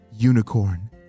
Unicorn